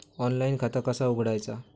Online खाता कसा उघडायचा?